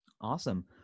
Awesome